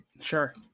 Sure